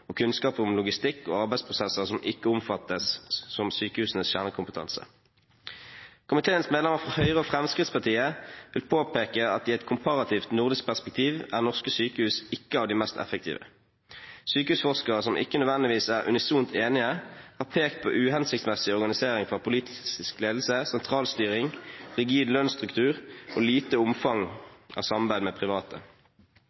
og kunnskap om logistikk og arbeidsprosesser som ikke oppfattes som sykehusenes kjernekompetanse. Komiteens medlemmer fra Høyre og Fremskrittspartiet vil påpeke at i et komparativt, nordisk perspektiv er norske sykehus ikke av de mest effektive. Sykehusforskere, som ikke nødvendigvis er unisont enige, har pekt på uhensiktsmessig organisering fra politisk ledelse, sentralstyring, rigid lønnsstruktur og lite omfang